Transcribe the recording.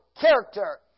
character